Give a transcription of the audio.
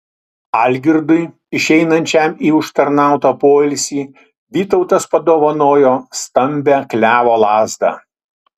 algirdui išeinančiam į užtarnautą poilsį vytautas padovanojo stambią klevo lazdą